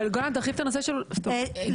עוד נקודה --- לא,